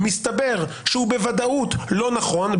מסתבר שהוא בוודאות לא נכון,